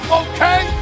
okay